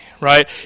right